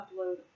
upload